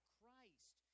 Christ